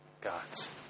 gods